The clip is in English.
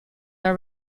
are